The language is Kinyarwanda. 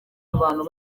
abantu